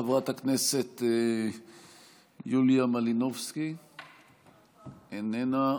חברת הכנסת יוליה מלינובסקי, איננה.